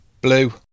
Blue